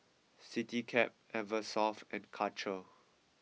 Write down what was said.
Citycab Eversoft and Karcher